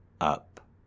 up